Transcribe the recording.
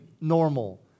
normal